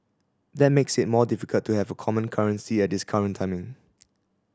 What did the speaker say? that makes it more difficult to have a common currency at this current timing